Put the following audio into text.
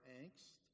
angst